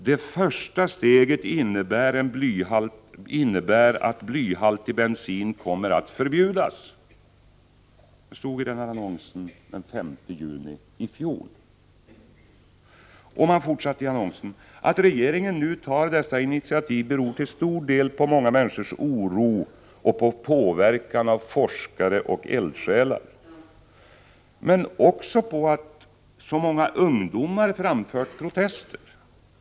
Det första steget innebär att blyhaltig bensin kommer att förbjudas. Att regeringen nu tar dessa initiativ beror till stor del på många människors oro och på påverkan av forskare och eldsjälar. Men också på att så många ungdomar framfört protester.